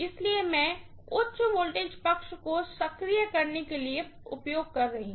इसलिए मैं उच्च वोल्टेज पक्ष को सक्रिय करने के लिए उपयोग कर रही हूँ